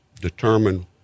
determine